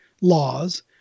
laws